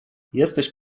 jesteś